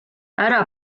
ära